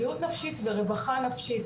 בריאות נפשית ורווחה נפשית,